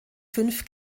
fünf